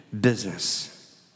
business